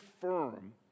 firm